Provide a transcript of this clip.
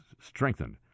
strengthened